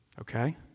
Okay